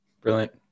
brilliant